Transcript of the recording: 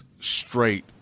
Straight